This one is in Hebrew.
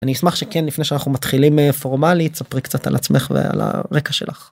אני אשמח שכן לפני שאנחנו מתחילים פורמלית ספרי קצת על עצמך ועל הרקע שלך.